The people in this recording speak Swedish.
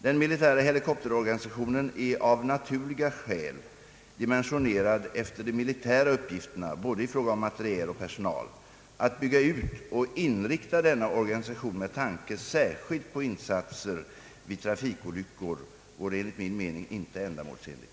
Den militära helikopterorganisationen är av naturliga skäl dimensionerad efter de militära uppgifterna — både i fråga om materiel och personal. Att bygga ut och inrikta denna organisation med tanke särskilt på insatser vid trafikolyckor vore enligt min mening inte ändamålsenligt.